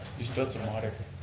you spilled some water.